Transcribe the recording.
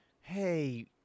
hey